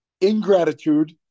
ingratitude